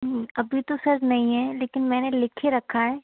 अभी तो सर नहीं है लेकिन मैंने लिखे रखा है